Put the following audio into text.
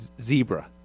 zebra